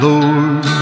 Lord